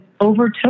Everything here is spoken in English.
overtook